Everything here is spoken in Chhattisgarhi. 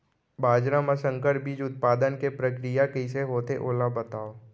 बाजरा मा संकर बीज उत्पादन के प्रक्रिया कइसे होथे ओला बताव?